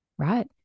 right